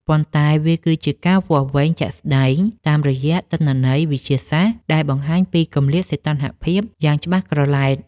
ប៉ុន្តែវាគឺជាការវាស់វែងជាក់ស្ដែងតាមរយៈទិន្នន័យវិទ្យាសាស្ត្រដែលបង្ហាញពីគម្លាតសីតុណ្ហភាពយ៉ាងច្បាស់ក្រឡែត។